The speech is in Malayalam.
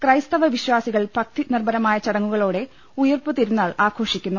ക്രൈസ്തവ വിശ്വാസികൾ ഭക്തി നിർഭരമായ ചടങ്ങുകളോടെ ഉയിർപ്പ് തിരുനാൾ ആഘോഷിക്കുന്നു